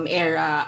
era